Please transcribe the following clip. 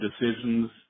decisions